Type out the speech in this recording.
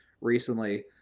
recently